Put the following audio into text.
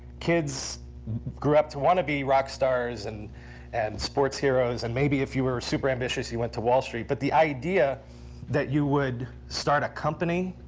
kids grew up to want to be rock stars and and sports heroes, and maybe if you were super ambitious, you went to wall street. but the idea that you would start a company,